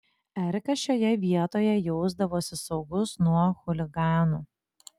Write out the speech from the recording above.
erikas šioje vietoje jausdavosi saugus nuo chuliganų